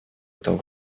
этого